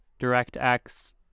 DirectX